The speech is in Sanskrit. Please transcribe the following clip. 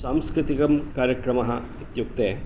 सांस्कृतिककार्यक्रमः इत्युक्ते